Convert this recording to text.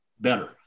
better